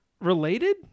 related